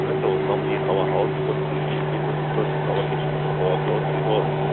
and so and normally in our house we wouldn't receive people first in our kitchen or close to the toilet.